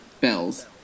bells